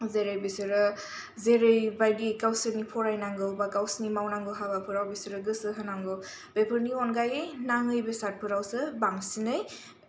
जेरै बिसोरो जेरैबादि गोवसोरनि फरायनांगौ बा गावसोरनि मावनांगौ हाबाफोराव बिसोरो गोसो होनांगौ बेफोरनि अनगायै नाङै बेसादफोरावसो बांसिनै